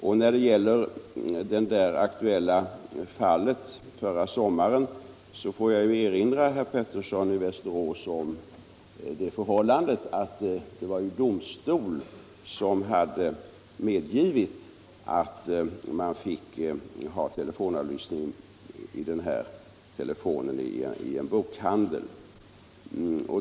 Det var ju i det aktuella fallet förra sommaren domstol som hade medgivit att man fick ha avlyssning av den ifrågavarande telefonen i en bokhandel.